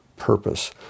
purpose